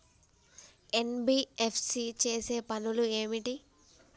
NBFC చేసే పనులు ఏమిటి?